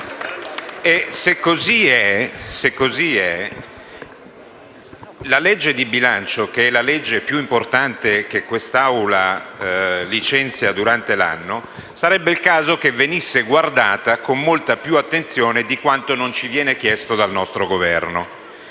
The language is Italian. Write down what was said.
il caso che la legge di bilancio, che è la legge più importante che quest'Assemblea licenzia durante l'anno, venisse esaminata con molta più attenzione di quanto non ci venga chiesto dal nostro Governo.